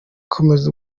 komeza